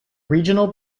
regional